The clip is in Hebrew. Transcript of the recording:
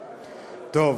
טוב,